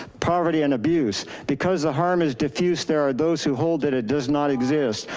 poverty and abuse because the harm is diffused there are those who hold it, it does not exist.